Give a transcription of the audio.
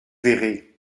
verrez